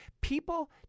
people